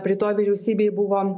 praeitoj vyriausybėj buvo